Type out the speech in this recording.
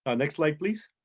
ah next slide please.